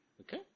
Okay